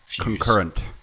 Concurrent